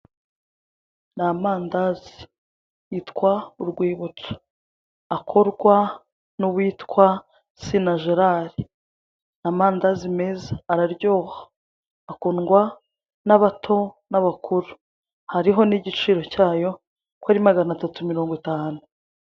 Ni amandazi yitwa uwibutso akorwa n'utwitwa SINA Gerard. Amandazi meza araryoha akundwa n'abato n'abakuru hariho n'igiciro cyayo kuri magana batatu mirongo itanu.